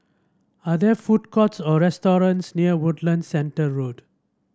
are there food courts or restaurants near Woodlands Centre Road